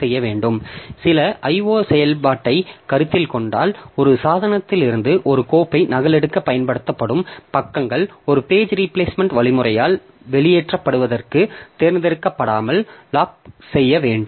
எனவே சில IO செயல்பாட்டைக் கருத்தில் கொண்டால் ஒரு சாதனத்திலிருந்து ஒரு கோப்பை நகலெடுக்கப் பயன்படுத்தப்படும் பக்கங்கள் ஒரு பேஜ் ரீபிளேஸ்மெண்ட் வழிமுறையால் வெளியேற்றப்படுவதற்குத் தேர்ந்தெடுக்கப்படாமல் பூட்டப்பட வேண்டும்